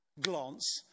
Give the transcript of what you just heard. glance